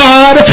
God